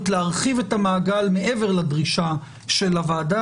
להרחיב את המעגל מעבר לדרישה של הוועדה,